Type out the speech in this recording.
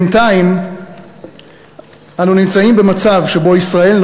בינתיים אנו נמצאים במצב שבו ישראל,